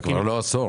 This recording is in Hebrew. זה כבר לא עשור.